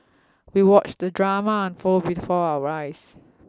we watched the drama unfold before our eyes